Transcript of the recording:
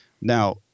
Now